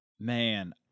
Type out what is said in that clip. Man